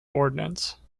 ordinance